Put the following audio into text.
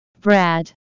Brad